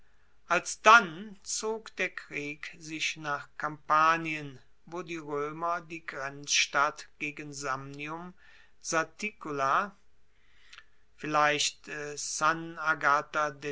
alsdann zog der krieg sich nach kampanien wo die roemer die grenzstadt gegen samnium saticula vielleicht